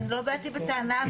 אני לא באתי בטענה,